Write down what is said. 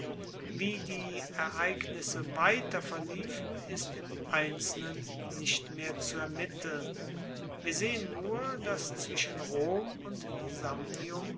wie die ereignisse weiter verliefen ist im einzelnen nicht mehr zu ermitteln wir sehen nur dass zwischen rom und